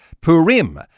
Purim